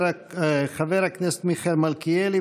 חבר הכנסת מיכאל מלכיאלי,